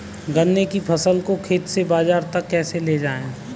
गन्ने की फसल को खेत से बाजार तक कैसे लेकर जाएँ?